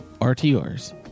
RTRs